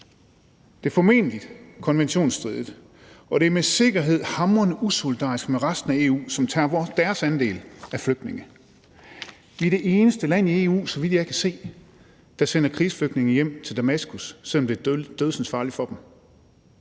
Det er formentlig konventionsstridigt, og det er med sikkerhed hamrende usolidarisk med resten af EU, som tager deres andel af flygtningene. Vi er det eneste land i EU, så vidt jeg kan se, der sender krigsflygtninge hjem til Damaskus, selv om det er dødsensfarligt for dem.